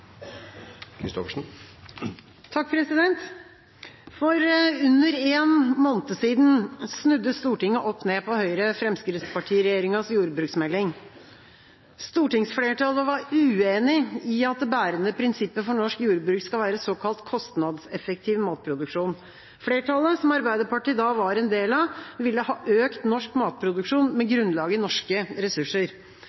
For under en måned siden snudde Stortinget opp ned på Høyre–Fremskrittsparti-regjeringas jordbruksmelding. Stortingsflertallet var uenig i at det bærende prinsippet for norsk jordbruk skal være såkalt kostnadseffektiv matproduksjon. Flertallet, som Arbeiderpartiet da var en del av, ville ha økt norsk matproduksjon med